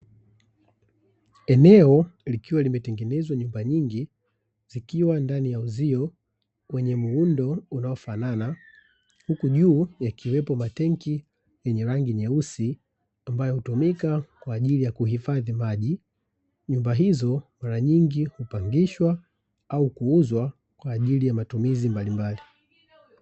Eneo likiwa limetengenezwa nyumba nyingi zikiwa ndani ya uzio wenye muundo unaofanana, huku juu yakiwepo matenki yenye rangi nyeusi ambayo hutumika kwa ajili ya kuhifadhi maji. Nyumba hizo mara nyingi hupangishwa au kuuzwa kwa ajili ya matumizi mbali mbali.